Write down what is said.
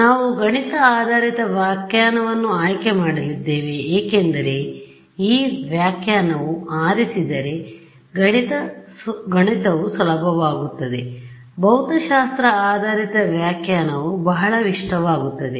ನಾವು ಗಣಿತ ಆಧಾರಿತ ವ್ಯಾಖ್ಯಾನವನ್ನು ಆಯ್ಕೆ ಮಾಡಲಿದ್ದೇವೆ ಏಕೆಂದರೆ ಈ ವ್ಯಾಖ್ಯಾನವನ್ನು ಆರಿಸಿದರೆ ಗಣಿತವು ಸುಲಭವಾಗುತ್ತದೆ ಭೌತಶಾಸ್ತ್ರ ಆಧಾರಿತ ವ್ಯಾಖ್ಯಾನವು ಬಹಳ ಇಷ್ಟವಾಗುತ್ತದೆ